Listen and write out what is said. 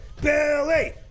Billy